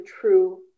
true